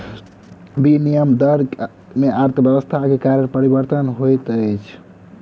विनिमय दर में अर्थव्यवस्था के कारण परिवर्तन होइत अछि